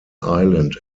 island